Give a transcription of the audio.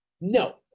No